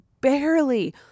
barely